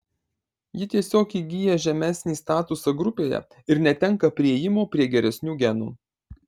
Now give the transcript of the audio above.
ji tiesiog įgyja žemesnį statusą grupėje ir netenka priėjimo prie geresnių genų